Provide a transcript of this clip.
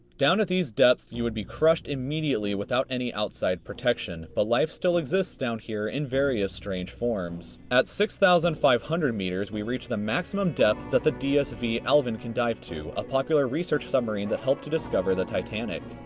down at these depths, you would be crushed immediately without any outside protection. but life still exists down here in various strange forms. at six thousand five hundred meters we reach the maximum depth that the dsv alvin can dive to, a popular research submarine that helped to discover the titanic.